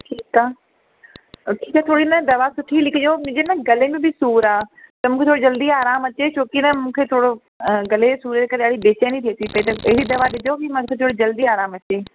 ठीकु आहे त ठीकु आहे थोरी न दवा सुठी लिखिजो मुंहिंजे न गले में बि सूर आहे त मूंखे थोरी जल्दी आराम अचे छो की न मूंखे थोरो अ गले जे सूरु जे करे ॾाढी बेचैनी थिए थी त अहिड़ी दवा ॾिजो की मूंखे थोरी जल्दी आराम अचे